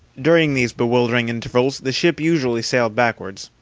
during these bewildering intervals the ship usually sailed backwards.